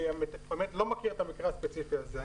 אני לא מכיר את המקרה הספציפי הזה.